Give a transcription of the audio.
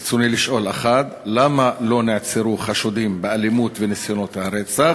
רצוני לשאול: 1. למה לא נעצרו חשודים באלימות ובניסיונות הרצח?